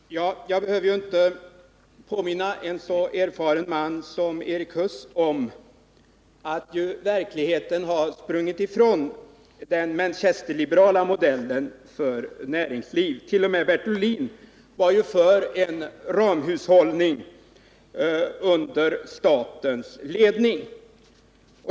Herr talman! Jag behöver ju inte påminna en så erfaren man som Erik Huss om att verkligheten sprungit ifrån den manchesterliberala modellen för näringspolitik. T. o. m. Bertil Ohlin var ju för en ramhushållning under statens ledning.